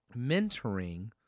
Mentoring